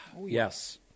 Yes